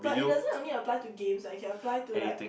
but it doesn't only apply to game what it can apply to like